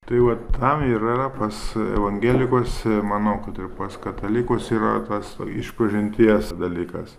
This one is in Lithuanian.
tai va tam yra pas e evangelikus manau kad ir pas katalikus yra tas išpažinties dalykas